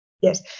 Yes